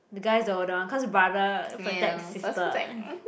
the guys the older one cause brother protects sister